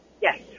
Yes